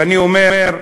ואני אומר: